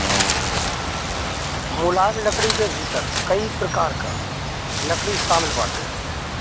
मुलायम लकड़ी के भीतर कई प्रकार कअ लकड़ी शामिल बाटे